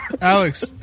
Alex